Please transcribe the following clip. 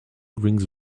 rings